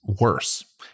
worse